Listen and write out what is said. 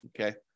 Okay